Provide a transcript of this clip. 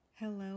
Hello